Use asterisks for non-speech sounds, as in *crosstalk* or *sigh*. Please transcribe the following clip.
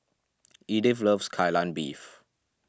*noise* Edyth loves Kai Lan Beef